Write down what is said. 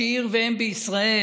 שהיא עיר ואם בישראל.